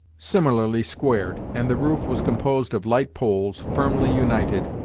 similarly squared, and the roof was composed of light poles, firmly united,